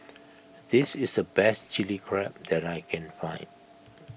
this is the best Chilli Crab that I can find